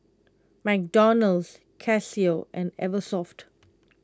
McDonald's Casio and Eversoft